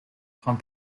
from